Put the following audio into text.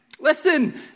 Listen